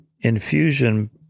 infusion